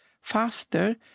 faster